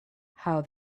how